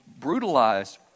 brutalized